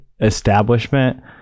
establishment